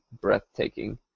breathtaking